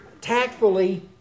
tactfully